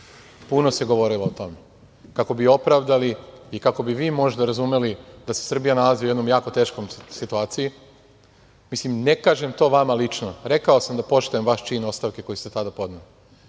puno se govorilo o tome kako bi opravdali i kako bi vi možda razumeli da se Srbija nalazi u jednoj jako teškoj situaciji, ne kažem to vama lično, rekao sam da poštujem vaš čin ostavke koju ste tada podneli,